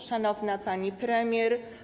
Szanowna Pani Premier!